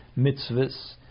mitzvahs